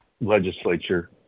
legislature